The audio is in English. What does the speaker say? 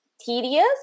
tedious